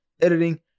editing